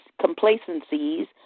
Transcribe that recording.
complacencies